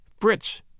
Fritz